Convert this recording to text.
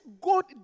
God